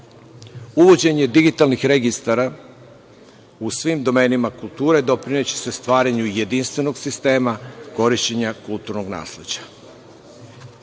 Uvođenje digitalnih registara u svim domenima kulture doprineće se stvaranju jedinstvenog sistema korišćenja kulturnog nasleđa. Mi